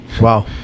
Wow